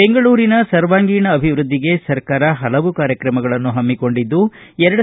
ಬೆಂಗಳೂರಿನ ಸರ್ವಾಗೀಂಣ ಅಭಿವೃದ್ಲಿಗೆ ಸರ್ಕಾರ ಹಲವು ಕಾರ್ಯತಮಗಳನ್ನು ಹಮ್ನಿಕೊಂಡಿದ್ಲು